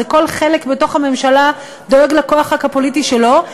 זה כל חלק בתוך הממשלה דואג לכוח הפוליטי שלו.